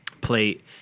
plate